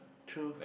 true